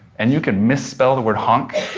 and you can misspell the word honk,